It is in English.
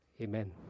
Amen